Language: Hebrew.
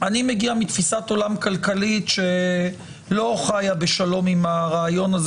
אני מגיע מתפיסת עולם כלכלית שלא חיה בשלום עם הרעיון הזה